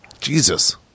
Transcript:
Jesus